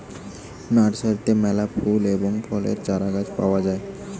নার্সারিতে মেলা ফুল এবং ফলের চারাগাছ পাওয়া যায়